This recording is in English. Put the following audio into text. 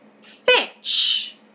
fetch